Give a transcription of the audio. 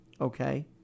Okay